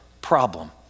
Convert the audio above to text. problem